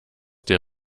der